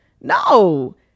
No